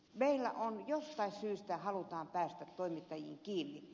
meillä jostain syystä halutaan päästä toimittajiin kiinni